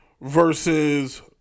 versus